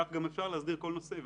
כך גם אפשר להסדיר כל נושא.